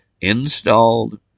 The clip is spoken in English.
installed